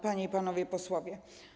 Panie i Panowie Posłowie!